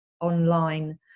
online